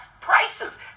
prices